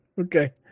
Okay